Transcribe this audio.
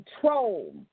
control